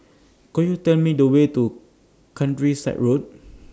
Could YOU Tell Me The Way to Countryside Road